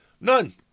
None